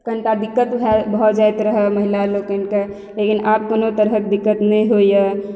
कनीटा दिक्कत भऽ जाइ रहए महिला लोकनिके लेकिन आब कोनो तरहक दिक्कत नहि होइए